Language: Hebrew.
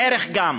ערך גם.